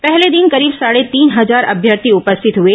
पहले दिन करीब साढे तीन हजार अभ्यर्थी उपस्थित हुए